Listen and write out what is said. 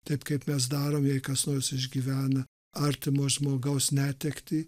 taip kaip mes darom jei kas nors išgyvena artimo žmogaus netektį